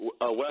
West